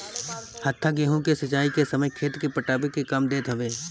हत्था गेंहू के सिंचाई के समय खेत के पटावे के काम देत हवे